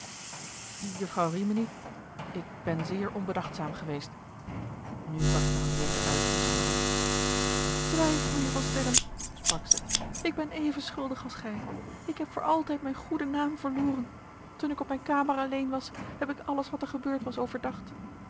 jufvrouw rimini ik ben zeer onbedachtzaam geweest nu barstte henriette uit in snikken zwijg mijnheer van sterren sprak ze ik ben even schuldig als gij ik heb voor altijd mijn goeden naam verloren toen ik op mijne kamer alleen was heb ik alles wat er gebeurd was